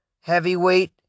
heavyweight